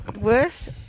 worst